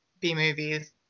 B-movies